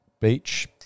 Beach